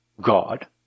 God